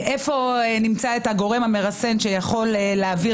איפה נמצא את הגורם המרסן שיכול להעביר